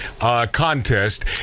contest